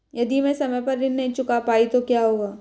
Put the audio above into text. यदि मैं समय पर ऋण नहीं चुका पाई तो क्या होगा?